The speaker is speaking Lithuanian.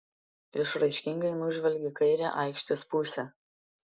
išraiškingai nužvelgė kairę aikštės pusę